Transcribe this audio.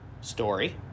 story